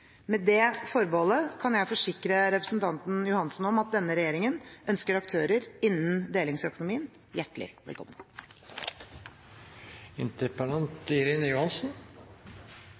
Med det forbeholdet kan jeg forsikre representanten Johansen om at denne regjeringen ønsker aktører innen delingsøkonomien hjertelig velkommen.